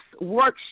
Workshop